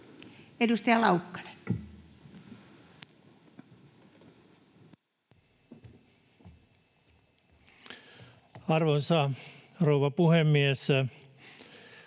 Edustaja Tolvanen. Arvoisa herra puhemies!